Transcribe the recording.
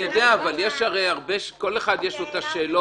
אני יודע, אבל לכל אחד יש שאלות.